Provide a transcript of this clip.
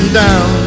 down